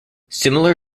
similar